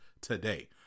today